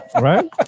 Right